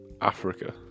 Africa